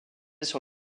sur